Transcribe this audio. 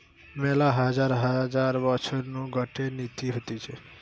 মেলা হাজার হাজার বছর নু গটে নীতি হতিছে